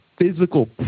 physical